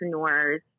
entrepreneurs